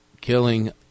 killing